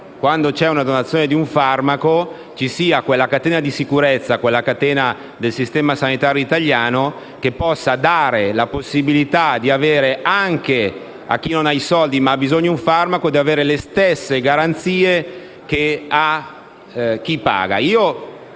quando c'è la donazione di un farmaco, sia garantita quella catena di sicurezza, prevista dal sistema sanitario italiano, che possa dare la possibilità anche a chi non ha i soldi ma ha bisogno di un farmaco di avere le stesse garanzie di chi paga.